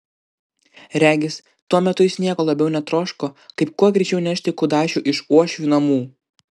regis tuo metu jis nieko labiau netroško kaip kuo greičiau nešti kudašių iš uošvių namų